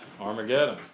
Armageddon